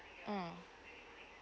mm